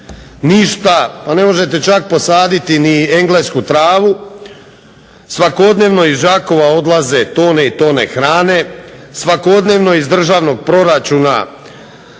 ništa, a ne možete čak posaditi ni englesku travu. Svakodnevno iz Đakova odlaze tone i tone hrane, svakodnevno iz državnog proračuna